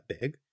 big